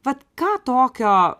vat ką tokio